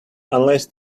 unless